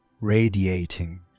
radiating